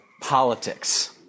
politics